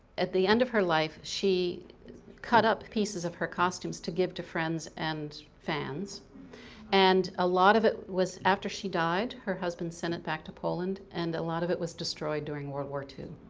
at the end of her life she cut up pieces of her costumes to give to friends and fans and a lot of it was, after she died, her husband sent it back to poland, and a lot of it was destroyed during world war ii.